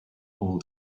all